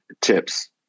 tips